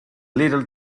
little